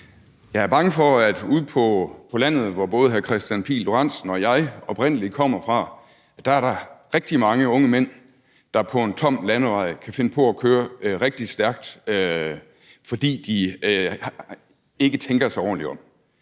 Jeg er bange for, at ude på landet, hvor både hr. Kristian Pihl Lorentzen og jeg oprindelig kommer fra, er der rigtig mange unge mænd, der på en tom landevej kan finde på at køre rigtig stærkt, fordi de ikke tænker sig ordentligt om.